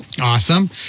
Awesome